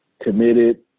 committed